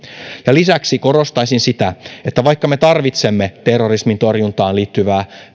lisäksi korostaisin sitä että vaikka me tarvitsemme terrorismin torjuntaan liittyvää